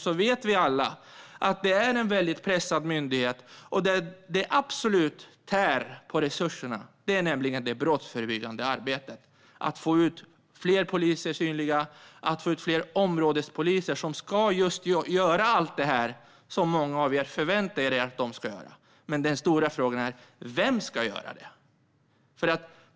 Vi vet dock alla att polisen är en väldigt pressad myndighet. Det som verkligen tär på resurserna är det brottsförebyggande arbetet, att få ut fler synliga poliser och att få ut fler områdespoliser, som ska göra just allt det som många av er förväntar er att de ska göra. Men den stora frågan är: Vem ska göra det?